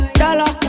dollar